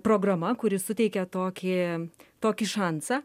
programa kuri suteikia tokį tokį šansą